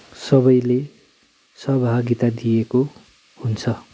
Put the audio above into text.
सबैले सहभागिता दिएको हुन्छ